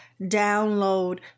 download